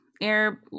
air